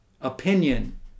opinion